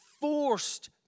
forced